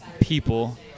people